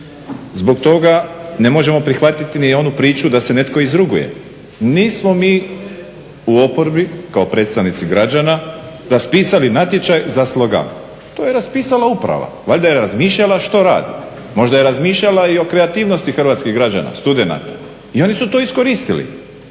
Zbog toga ne možemo prihvatiti ni onu priču da se netko izruguje. Nismo mi u oporbi, kao predstavnici građana, raspisali natječaj za slogan. To je raspisala uprava. Valjda je razmišljala što radi. Možda je razmišljala i o kreativnosti hrvatskih građana, studenata i oni su to iskoristili.